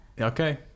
okay